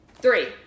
Three